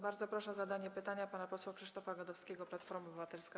Bardzo proszę o zadanie pytania pana posła Krzysztofa Gadowskiego, Platforma Obywatelska.